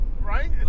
Right